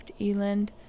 eland